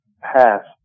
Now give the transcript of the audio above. past